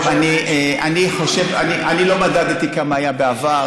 אני לא מדדתי כמה היה בעבר.